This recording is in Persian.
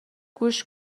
گوش